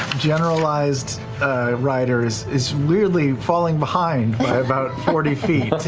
generalized rider is is weirdly falling behind by about forty feet.